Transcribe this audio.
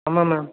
ஆமாம் மேம்